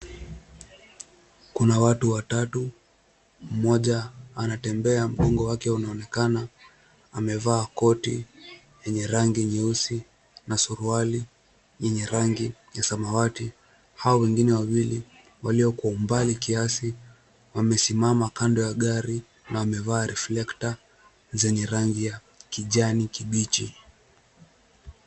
Kuna watu watatu, mmoja anatembea mpango wake unaonekana. Amevaa koti yenye rangi nyeusi na suruali yenye rangi ya samawati. Hao wengine wawili, walio kwa umbali kiasi wamesimama kando ya gari na wamevaa reflector zenye rangi ya kijani kibichi.